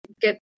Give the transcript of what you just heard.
get